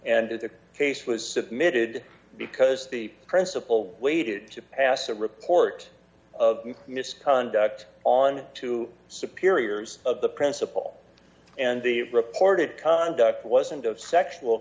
and who the case was submitted because the principal waited to pass a report of misconduct on to superiors of the principal and the reported conduct wasn't of sexual